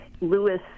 Lewis